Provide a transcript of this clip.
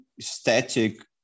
static